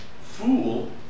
fool